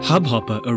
Hubhopper